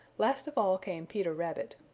last of all came peter rabbit.